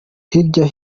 hirya